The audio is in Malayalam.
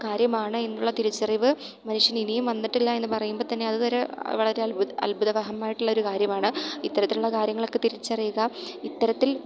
കാര്യമാണ് എന്നുള്ള തിരിച്ചറിവ് മനുഷ്യന് ഇനിയും വന്നിട്ടില്ല എന്ന് പറയുമ്പോൾ തന്നെ അതുവരെ വളരെ അത്ഭുത അത്ഭുതവാഹമായിട്ടുള്ള ഒരു കാര്യമാണ് ഇത്തരത്തിലുള്ള കാര്യങ്ങൾ ഒക്കെ തിരിച്ചറയുക ഇത്തരത്തിൽ